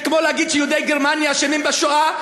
זה כמו להגיד שיהודי גרמניה אשמים בשואה,